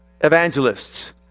evangelists